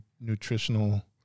nutritional